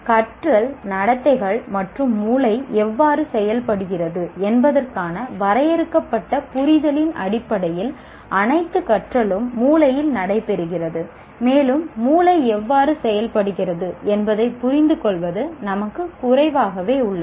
கற்றல் நடத்தைகள் மற்றும் மூளை எவ்வாறு செயல்படுகிறது என்பதற்கான வரையறுக்கப்பட்ட புரிதலின் அடிப்படையில் அனைத்து கற்றலும் மூளையில் நடைபெறுகிறது மேலும் மூளை எவ்வாறு செயல்படுகிறது என்பதைப் புரிந்துகொள்வது நமக்கு குறைவாகவே உள்ளது